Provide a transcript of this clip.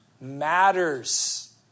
matters